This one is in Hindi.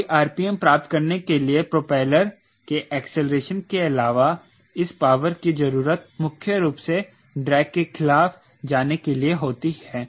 कोई rpm प्राप्त करने के लिए प्रोपेलर के एक्सेलरेशन के अलावा इस पावर की जरूरत मुख्य रूप से ड्रैग के खिलाफ जाने के लिए होती है